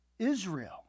Israel